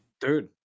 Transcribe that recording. Dude